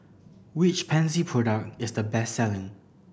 which Pansy product is the best selling